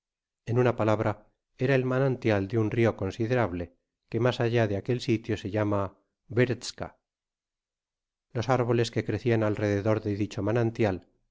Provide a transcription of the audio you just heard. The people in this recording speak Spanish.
en una palabra era el manantial de un rio considerable que mas allá de aquel sitio se llama wirlzka los árboles que crecian alrededor de dicho manantial